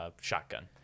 shotgun